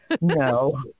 No